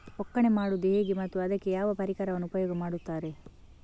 ಒಕ್ಕಣೆ ಮಾಡುವುದು ಹೇಗೆ ಮತ್ತು ಅದಕ್ಕೆ ಯಾವ ಪರಿಕರವನ್ನು ಉಪಯೋಗ ಮಾಡುತ್ತಾರೆ?